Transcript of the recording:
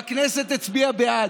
והכנסת הצביעה בעד.